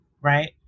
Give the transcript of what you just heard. right